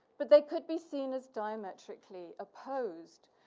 but, they could be seen as diametrically opposed.